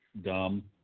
Dumb